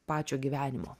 pačio gyvenimo